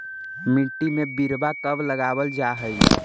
मिट्टी में बिरवा कब लगावल जा हई?